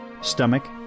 stomach